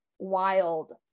wild